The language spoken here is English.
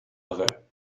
another